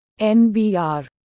NBR